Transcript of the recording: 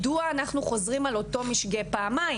מדוע אנחנו חוזרים על אותו משגה פעמיים,